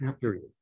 Period